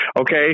okay